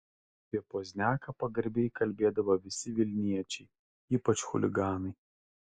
apie pozniaką pagarbiai kalbėdavo visi vilniečiai ypač chuliganai